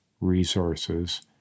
resources